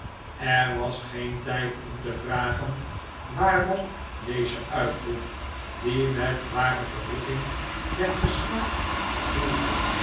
er was geen tijd om te vragen waarop deze uitroep die met ware verrukking werd geslaakt doelde